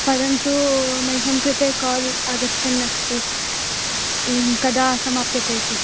परन्तु मह्यं कृते काल् आगच्छन् अस्ति कदा समाप्यते इति